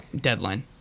deadline